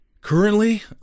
Currently